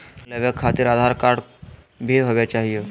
Loan लेवे खातिरआधार card भी चाहियो?